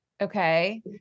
Okay